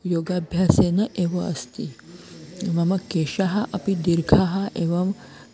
योगाभ्यासेन एव अस्ति मम केशाः अपि दीर्घाः एवं